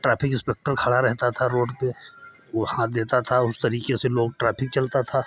traffic inspector खड़ा रहता था रोड पे वो हाथ देता था उस तरीके से लोग ट्राफिक चलता था